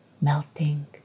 melting